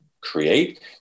create